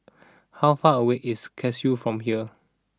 how far away is Cashew from here